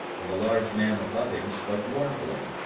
and the large man above him spoke mournfully.